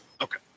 Okay